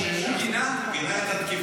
למה הוא לא אומר מילה נגד זה?